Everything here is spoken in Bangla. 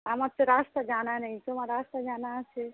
আমার তো রাস্তা জানা নেই তোমার রাস্তা জানা আছে